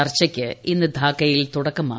ചർച്ചയ്ക്ക് ഇന്ന് ധാക്കയിൽ തുടക്കമാകും